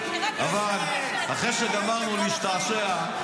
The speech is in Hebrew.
אבל אחרי שגמרנו להשתעשע,